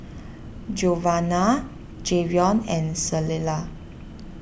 Giovanna Jayvion and Clella